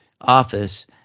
office